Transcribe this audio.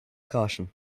caution